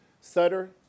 Sutter